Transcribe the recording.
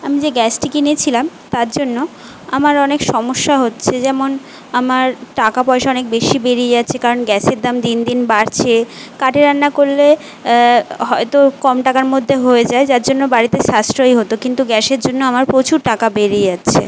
আমি যে গ্যাসটি কিনেছিলাম তার জন্য আমার অনেক সমস্যা হচ্ছে যেমন আমার টাকা পয়সা অনেক বেশি বেরিয়ে যাচ্ছে কারণ গ্যাসের দাম দিন দিন বাড়ছে কাঠে রান্না করলে হয়তো কম টাকার মধ্যে হয়ে যায় যার জন্য বাড়িতে সাশ্রয় হতো কিন্তু গ্যাসের জন্য আমার প্রচুর টাকা বেরিয়ে যাচ্ছে